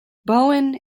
bowen